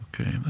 okay